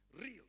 real